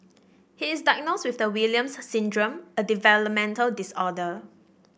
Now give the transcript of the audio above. he is diagnosed with the Williams Syndrome a developmental disorder